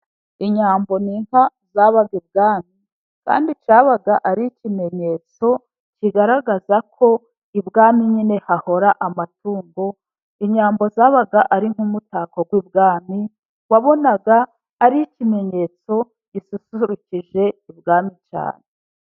Inyambo ni inka zabaga ibwami，kandi cyabaga ari ikimenyetso， kigaragaza ko ibwami nyine hahora amatungo. Inyambo zabaga ari nk'umutako w'ibwami，wabonaga， ari ikimenyetso gisusurukije ibwami cyane.